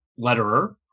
letterer